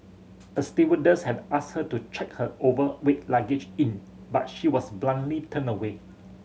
a stewardess had asked her to check her overweight luggage in but she was bluntly turned away